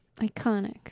Iconic